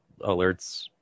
alerts